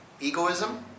egoism